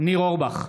ניר אורבך,